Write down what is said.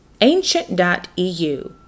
Ancient.eu